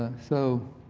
ah so,